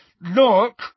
Look